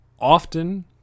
often